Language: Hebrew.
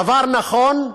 דבר נכון,